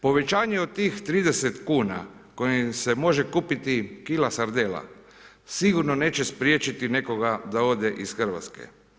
Povećanje od tih 30 kuna kojim se može kupiti kila sardela sigurno neće spriječiti nekoga da ode iz Hrvatske.